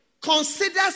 considers